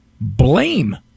blame